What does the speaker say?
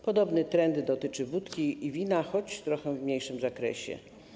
Podobny trend dotyczy wódki i wina, chodź trochę w mniejszym zakresie.